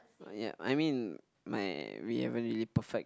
yup I mean my we haven't really perfect